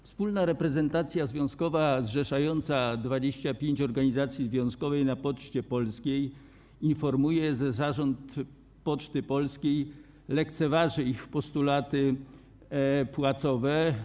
Wspólna reprezentacja związkowa zrzeszająca 25 organizacji związkowych w Poczcie Polskiej informuje, że Zarząd Poczty Polskiej lekceważy ich postulaty płacowe.